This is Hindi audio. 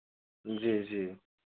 जी जी